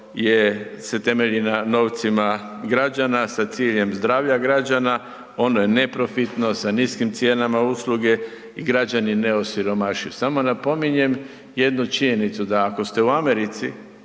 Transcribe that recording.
se temelji na novcima građana, sa ciljem zdravlja građana, ono je neprofitno, sa niskim cijenama usluge i građani ne osiromašuju. Samo napominjem jednu činjenicu, da ako ste u Americi